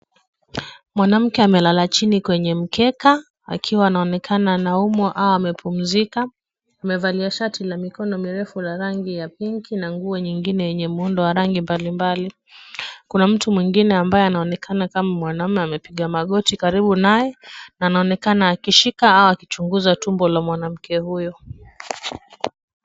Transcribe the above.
Mwanamke amelala chini kwenye mkeka akiwa anaonekana anaumwa au amepumzika. Amevalia shati la mikono mirefu ya rangi ya pinki na nguo nyingine yenye muundo ya rangi mbalimbali . Kuna mtu mwengine ambaye anaonekana kama mwanaume amepiga magoti karibu naye na anaonekana akishika au kuchunguza tumbo la mwanamke huyo.